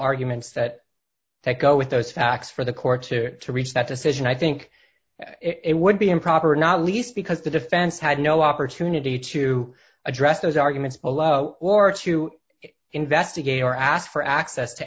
arguments that that go with those facts for the court to to reach that decision i think it would be improper not least because the defense had no opportunity to address those arguments below or to investigate or ask for access to